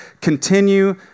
continue